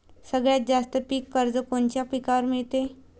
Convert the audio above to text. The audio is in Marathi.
सगळ्यात जास्त पीक कर्ज कोनच्या पिकावर मिळते?